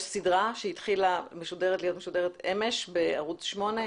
יש סדרה שהתחילה להיות משודרת אמש בערוץ 8,